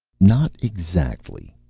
not exactly.